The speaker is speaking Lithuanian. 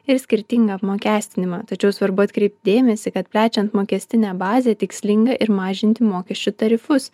ir skirtingą apmokestinimą tačiau svarbu atkreipti dėmesį kad plečiant mokestinę bazę tikslinga ir mažinti mokesčių tarifus